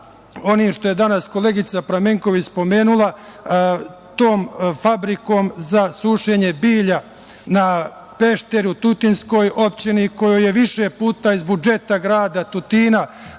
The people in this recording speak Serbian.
onim što je danas koleginica Pramenković spomenula, tom fabrikom za sušenje bilja na Pešteru, tutinskoj opštini kojoj su više puta iz budžeta grada Tutina